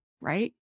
right